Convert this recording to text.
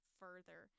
further